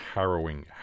harrowing